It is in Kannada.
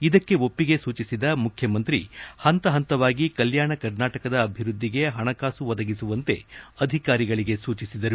ಇದಕ್ಕೆ ಒಪ್ಪಿಗೆ ಸೂಚಿಸಿದ ಮುಖ್ಯಮಂತ್ರಿ ಹಂತ ಹಂತವಾಗಿ ಕಲ್ಯಾಣ ಕರ್ನಾಟಕದ ಅಭಿವೃದ್ದಿಗೆ ಹಣಕಾಸು ಒದಗಿಸುವಂತೆ ಅಧಿಕಾರಿಗಳಿಗೆ ಸೂಚಿಸಿದರು